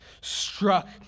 struck